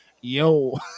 Yo